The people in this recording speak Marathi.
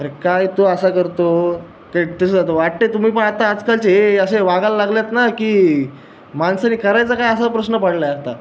अरे काय तू असा करतो काय तसचं आता वाटते पण तुम्ही आता आजकालचे हे असे वागायला लागलात ना की माणसाने करायचं काय आसा प्रश्न पडला आहे आता